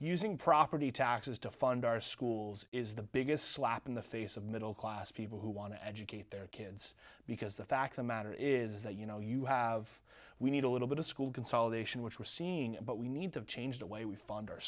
using property taxes to fund our schools is the biggest slap in the face of middle class people who want to educate their kids because the fact the matter is that you know you have we need a little bit of school consolidation which we're seeing but we need to change the way we fund our